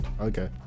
Okay